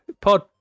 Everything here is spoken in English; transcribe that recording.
pod